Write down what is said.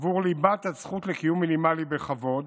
עבור ליבת הזכות לקיום מינימלי בכבוד